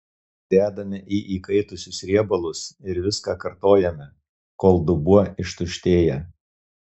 dedame į įkaitusius riebalus ir viską kartojame kol dubuo ištuštėja